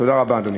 תודה רבה, אדוני.